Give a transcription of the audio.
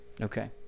okay